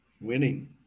Winning